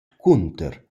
cunter